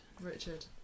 Richard